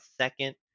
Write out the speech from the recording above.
second